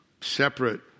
separate